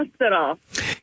Hospital